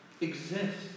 exist